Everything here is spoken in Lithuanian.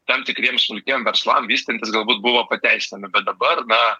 tam tikriem smulkiem verslam vystantis galbūt buvo pateisinami bet dabar na